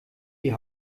die